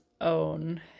own